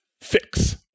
fix